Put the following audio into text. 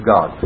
God